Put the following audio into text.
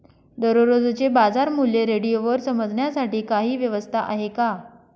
दररोजचे बाजारमूल्य रेडिओवर समजण्यासाठी काही व्यवस्था आहे का?